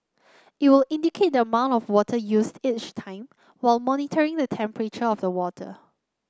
it will indicate the amount of water used each time while monitoring the temperature of the water